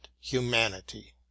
humanity